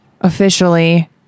Officially